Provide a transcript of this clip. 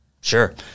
Sure